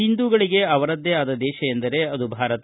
ಹಿಂದೂಗಳಿಗೆ ಅವರದ್ದೇ ಆದ ದೇಶ ಎಂದರೆ ಅದು ಭಾರತ